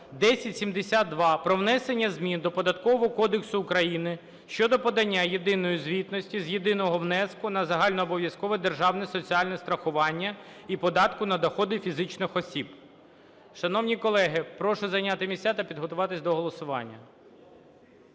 1072) про внесення змін до Податкового кодексу України щодо подання єдиної звітності з єдиного внеску на загальнообов'язкове державне соціальне страхування і податку на доходи фізичних осіб. Шановні колеги, прошу зайняти місця та підготуватись до голосування.